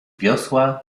wiosła